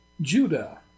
Judah